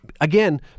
again